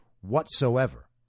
whatsoever